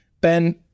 Ben